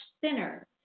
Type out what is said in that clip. thinner